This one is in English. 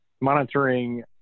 monitoring